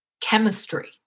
chemistry